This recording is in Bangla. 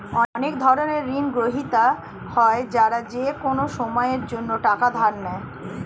অনেক ধরনের ঋণগ্রহীতা হয় যারা যেকোনো সময়ের জন্যে টাকা ধার নেয়